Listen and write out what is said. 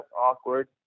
awkward